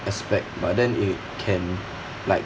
aspect but then it can like